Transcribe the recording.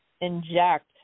inject